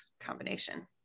combination